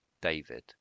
David